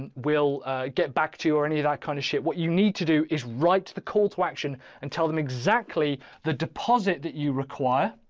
and we'll get back to you or any that kind of shit. what you need to do is write the call to action and tell them exactly actly the deposit that you require,